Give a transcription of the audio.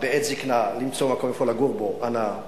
למצוא מקום לגור בו לעת זיקנה,